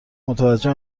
متوجه